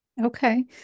Okay